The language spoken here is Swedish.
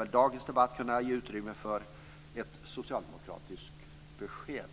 Men dagens debatt lär väl kunna ge utrymme för ett socialdemokratiskt besked.